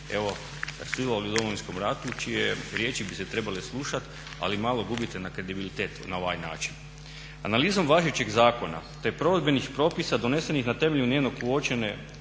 evo sudjelovali u Domovinskom ratu, čije riječi bi se trebale slušati, ali malo gubite na kredibilitetu na ovaj način. Analizom važećeg zakona te provedbenih propisa donesenih na temelju … /Govornik